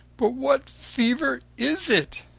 but what fever is it?